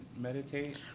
meditate